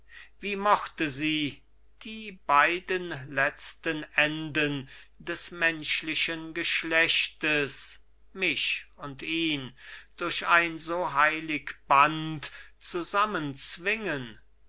wie mochte sie die beiden letzten enden des menschlichen geschlechtes mich und ihn durch ein so heilig band zusammenzwingen